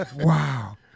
wow